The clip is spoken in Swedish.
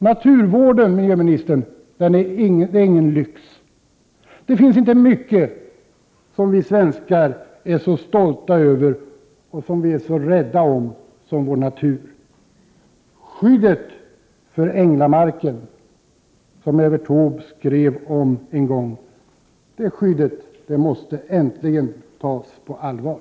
Naturvården, miljöministern, är ingen lyx. Det finns inte mycket som vi svenskar är så stolta över och så rädda om som vår natur. Skyddet för änglamarken, som Evert Taube en gång skrev om, måste äntligen tas på allvar.